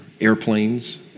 airplanes